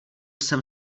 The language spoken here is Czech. jsem